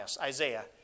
Isaiah